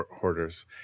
hoarders